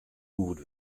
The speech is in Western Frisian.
goed